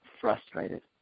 frustrated